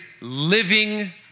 living